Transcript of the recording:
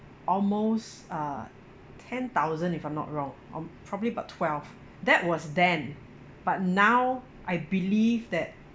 almost uh ten thousand if I'm not wrong or probably about twelve that was then but now I believe that